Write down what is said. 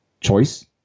choice